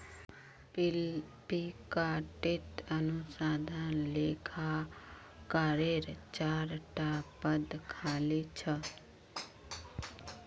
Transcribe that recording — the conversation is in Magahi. फ्लिपकार्टत अनुसंधान लेखाकारेर चार टा पद खाली छ